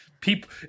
people